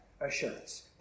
assurance